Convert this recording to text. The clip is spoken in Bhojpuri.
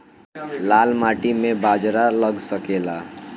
लाल माटी मे बाजरा लग सकेला?